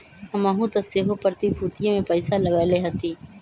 हमहुँ तऽ सेहो प्रतिभूतिय में पइसा लगएले हती